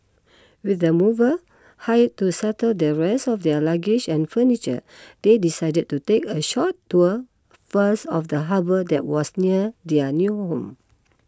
with the movers hired to settle their rest of their luggage and furniture they decided to take a short tour first of the harbour that was near their new home